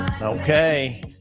Okay